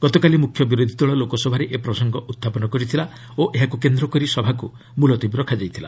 ଗତକାଲି ମୁଖ୍ୟ ବିରୋଧି ଦଳ ଲୋକସଭାରେ ଏ ପ୍ରସଙ୍ଗ ଉତ୍ଥାପନ କରିଥିଲା ଓ ଏହାକୁ କେନ୍ଦ୍ର କରି ସଭାକୁ ମୁଲତବୀ ରଖାଯାଇଥିଲା